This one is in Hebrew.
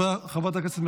חבר הכנסת אבי מעוז,